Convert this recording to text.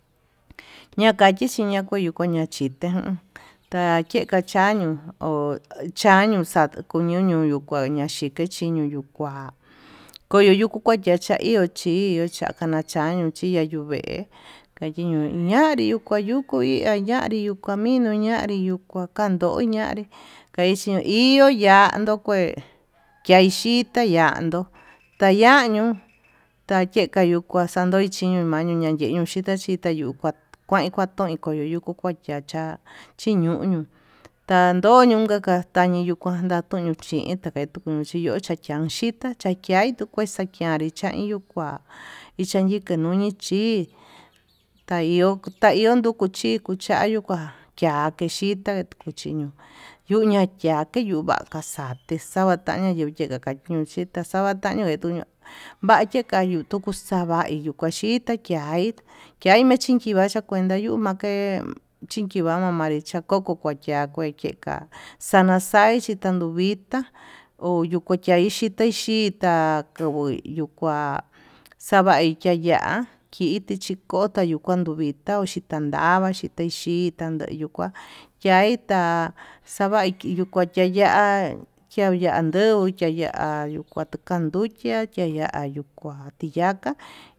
Ñakayi koña koñochitá takeka chañio ho chañio xa'a kuñoñuño kuaña xhiña yukua, koyo yuku kua cha iho chí iha kañachaño iña yuu vee kanriño ñanri yuu kua yuku ñanri yuu camino ñanri yuu kuan kando ñanrí kaixhio iho yando kué, kiaxhita yandó tayan ndio takeña xo'o kuá mañeya yenguo xhita yuu kua kuai katoin kua yayuku kua kuachá chiñuu ñuu tañoño yukua chikatandoño yuu kuá, toñochindo tuño chiyocha yachinda chakiai tuu kue xa'a kianri chain yuu kua, ichandike kuke ñonri chí tai tai nduku koyo nduku chanri kuá kia ki xhita kuchi ño'o yuña vate ñukeña kaxate xavakaña kuyegua yonxitá, axavataña kutuñua vaye yakuyu xavakaye yun xhitá kia kiayachin chiva'a kuaya yuu ma'a key kinchimama kuanre chakoko yakue keka'a, xanaxai chin tanduvitá oyuu kuai xhite xhitá akovo yuu kua xavai ya'á kiti chi koto yuu kuan vitá xhitan ndava xhita xii tundeí yuu kua yaitá xavai yuu kua chiaya kian nda nduguo chayayu, kuatu kanduchia chandayu kua tiyaka.